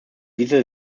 diese